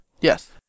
yes